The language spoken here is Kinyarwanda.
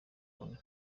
ubona